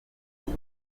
ruzi